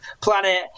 planet